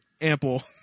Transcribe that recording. ample